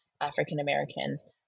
African-Americans